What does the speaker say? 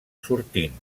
sortint